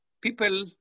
people